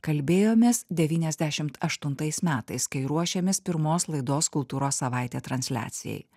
kalbėjomės devyniasdešimt aštuntais metais kai ruošėmės pirmos laidos kultūros savaitė transliacijai